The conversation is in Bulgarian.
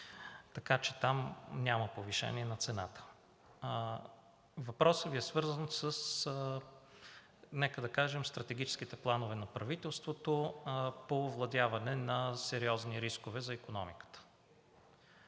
Така че там няма повишение на цената. Въпросът Ви е свързан, нека да кажем, със стратегическите планове на правителството по овладяване на сериозни рискове за икономиката.